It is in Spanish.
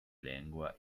lengua